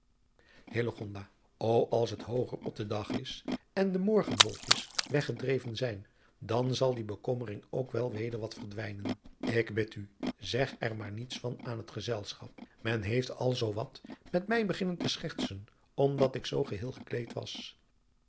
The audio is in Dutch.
ô als het hooger op den dag is en de worgenwolkjes weggedreven zijn dan zal die bekommering ook wel weder wat verdwijnen ik bid u zeg er maar niets van aan het gezelschap men heeft al zoo wat met mij beginnen te schertsen omdat ik zoo geheel gekleed was